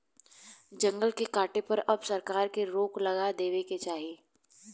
जंगल के काटे पर अब सरकार के रोक लगा देवे के चाही